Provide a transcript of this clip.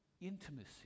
Intimacy